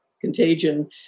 Contagion